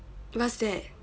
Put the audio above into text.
what's that